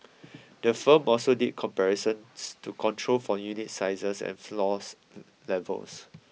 the firm also did comparisons to control for unit sizes and floor levels